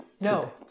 No